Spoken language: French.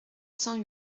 cent